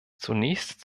zunächst